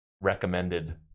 recommended